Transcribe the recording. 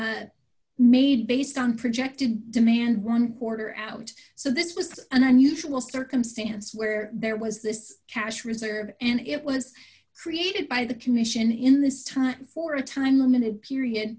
made based on projected demand one quarter out so this is just an unusual circumstance where there was this cash reserve and it was created by the commission in this time for a time limited period